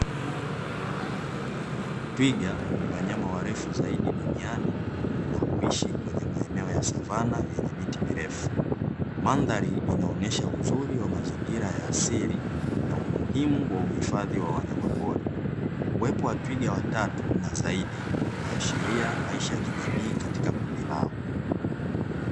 Twiga ni wanyama warefu zaidi duniani na huishi kwenye maeneo ya savana yenye miti mirefu. Mandhari inaonyesha uzuri wa mazingira ya asili na umuhimu wa uhifadhi wa wanyama pori uwepo wa twiga watatu na zaidi unahashiria maisha ya kijamii katika kundi lao.